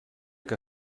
que